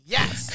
Yes